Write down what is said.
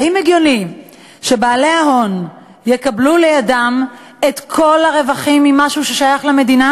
האם הגיוני שבעלי ההון יקבלו לידם את כל הרווחים ממשהו ששייך למדינה,